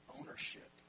ownership